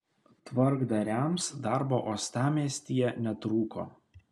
tvarkdariams darbo uostamiestyje netrūko